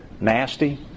nasty